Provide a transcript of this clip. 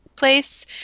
place